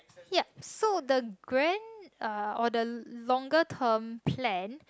yup so the grand uh or the longer term plan